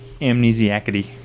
Amnesiacity